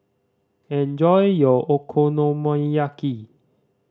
enjoy your Okonomiyaki